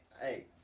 Hey